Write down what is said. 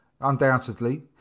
undoubtedly